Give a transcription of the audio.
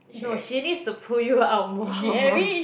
no she needs to pull you out more